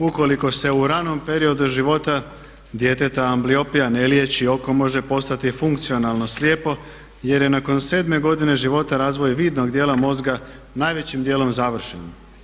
Ukoliko se u ranom periodu života djeteta ambliopija ne liječi oko može postati funkcionalno slijepo jer je nakon 7. godine života razvoj vidnog dijela mozga najvećim dijelom završeno.